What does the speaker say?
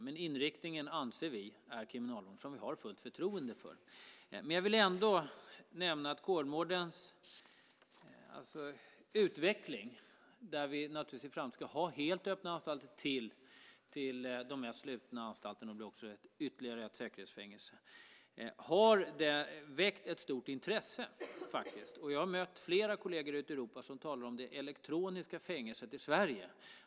Men inriktningen anser vi att det är Kriminalvården som ska besluta om och som vi har fullt förtroende för. Men jag vill ändå nämna att anstalten Kolmårdens utveckling - vi ska i framtiden naturligtvis ha allt från helt öppna anstalter till de mest slutna anstalterna, och det blir också ytterligare ett säkerhetsfängelse - har väckt ett stort intresse. Jag har mött flera kolleger ute i Europa som talar om det elektroniska fängelset i Sverige.